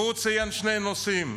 והוא ציין שני נושאים: